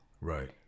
Right